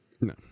no